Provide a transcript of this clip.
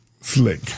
Slick